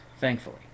thankfully